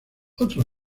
otro